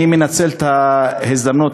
אני מנצל את ההזדמנות,